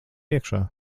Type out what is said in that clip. iekšā